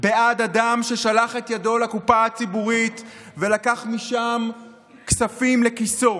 בעד אדם ששלח את ידו לקופה הציבורית ולקח משם כספים לכיסו,